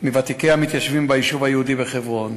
מוותיקי המתיישבים ביישוב היהודי בחברון.